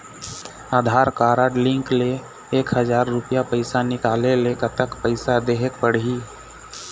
आधार card link ले एक हजार रुपया पैसा निकाले ले कतक पैसा देहेक पड़ही?